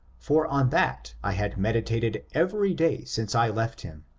for on that i had medi tated every day since i left him,